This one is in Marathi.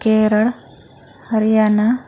केरळ हरियाणा